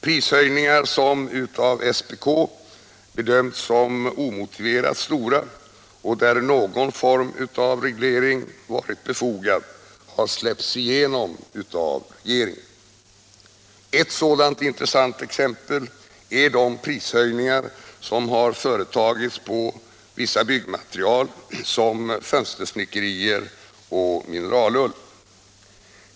Prishöjningar som av statens prisoch kartellnämnd bedömts som omotiverat stora och där någon form av reglering varit befogad har släppts igenom av regeringen. Ett intressant sådant exempel är de prishöjningar som har företagits på vissa byggmaterial, såsom fönstersnickerier och mineralull.